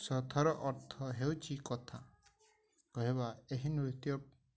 ସଥର ଅର୍ଥ ହେଉଛି କଥା କହିବା ଏହି ନୃତ୍ୟ